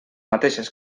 mateixes